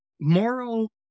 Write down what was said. moral